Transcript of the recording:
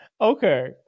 Okay